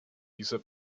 dieser